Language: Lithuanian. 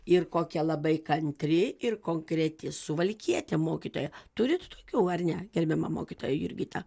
ir kokia labai kantri ir konkreti suvalkietė mokytoja turit tokių ar ne gerbiama mokytoja jurgita